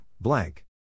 blank